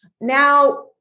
Now